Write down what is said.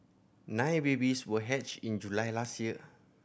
nine babies were hatched in July last year